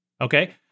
okay